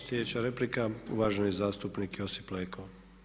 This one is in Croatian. Sljedeća replika uvaženi zastupnik Josip Leko.